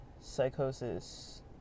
psychosis